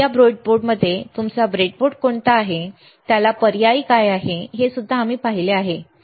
या ब्रेडबोर्डमध्ये तुमचा ब्रेडबोर्ड कोणता आहे याला पर्यायी काय आहे ते आम्ही पाहिले आहे बरोबर